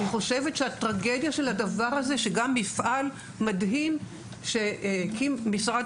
הטרגדיה היא שמפעל מדהים שהקים משרד